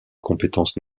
compétence